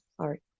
sorry